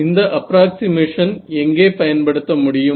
எந்த அப்ராக்ஸிமேஷன் இங்கே பயன்படுத்த முடியும்